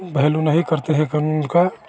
भेलु नहीं करते हैं क़ानून का